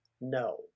No